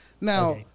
Now